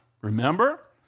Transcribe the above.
Remember